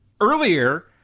earlier